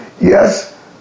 Yes